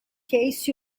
case